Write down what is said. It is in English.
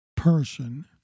Person